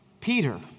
Peter